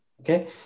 okay